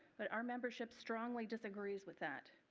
but our membership strongly disagrees with that.